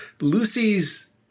Lucy's